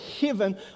heaven